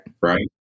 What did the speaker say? Right